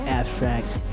abstract